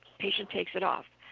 patient takes it off.